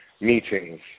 meetings